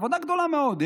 זו עבודה גדולה מאוד.